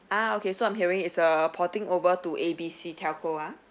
ah okay so I'm hearing it's a porting over to A B C telco ah